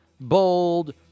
bold